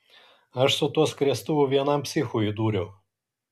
aš su tuo skriestuvu vienam psichui įdūriau